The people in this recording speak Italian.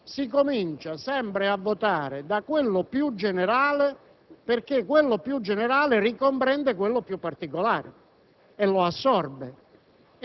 si comincia sempre a votare da quello più generale, perché ricomprende quello più particolare e lo assorbe.